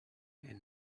and